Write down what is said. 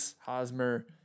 Hosmer